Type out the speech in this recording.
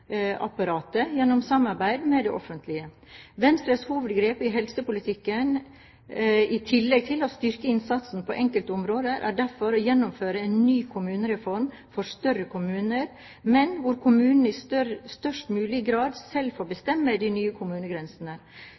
gjennom samarbeid med det offentlige. Venstres hovedgrep i helsepolitikken i tillegg til å styrke innsatsen på enkelte områder er derfor å gjennomføre en ny kommunereform for større kommuner, men hvor kommunene i størst mulig grad selv får bestemme de nye kommunegrensene.